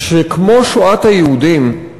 שכמו שואת היהודים,